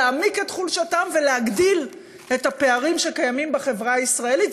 להעמיק את חולשתם ולהגדיל את הפערים שקיימים בחברה הישראלית.